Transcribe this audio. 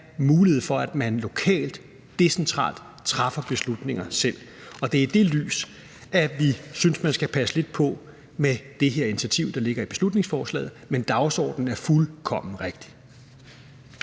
mulighed for, at man lokalt, decentralt træffer beslutninger selv, og det er i det lys, vi synes man skal passe lidt på med det her initiativ, der ligger i beslutningsforslaget. Men dagsordenen er fuldkommen rigtig.